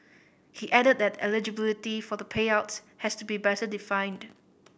he added that eligibility for the payouts has to be better defined